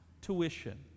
tuition